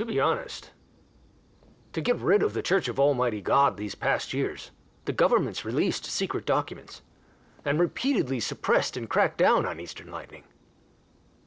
to be honest to get rid of the church of almighty god these past years the governments released secret documents and repeatedly suppressed and cracked down on eastern lightning